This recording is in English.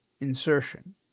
insertion